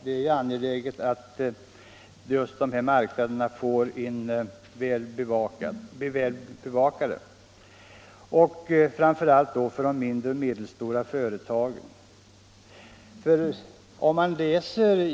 Det är angeläget att just dessa marknader blir väl bevakade — framför allt då för de mindre och medelstora företagen.